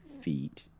feet